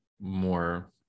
more